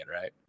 right